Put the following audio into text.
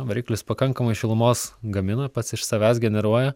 variklis pakankamai šilumos gamina pats iš savęs generuoja